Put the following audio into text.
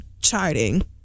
charting